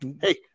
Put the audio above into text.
hey